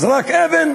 זרק אבן?